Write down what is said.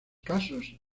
casos